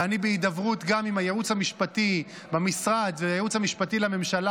ואני בהידברות גם עם הייעוץ המשפטי במשרד והייעוץ המשפטי לממשלה